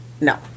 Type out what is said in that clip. no